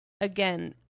again